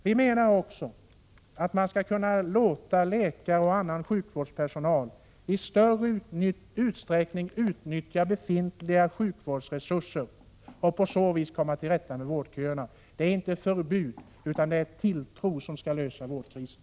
Vi anser också att man skall kunna låta läkare och annan sjukvårdspersonal i större utsträckning utnyttja befintliga sjukvårdsresurser och på så sätt komma till rätta med vårdköerna. Det är inte förbud utan tilltro som skall lösa vårdkrisen.